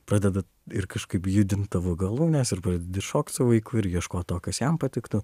pradeda ir kažkaip judint tavo galūnes ir pradedi šokt su vaiku ir ieškot to kas jam patiktų